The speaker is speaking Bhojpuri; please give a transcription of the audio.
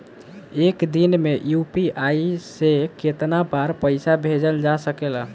एक दिन में यू.पी.आई से केतना बार पइसा भेजल जा सकेला?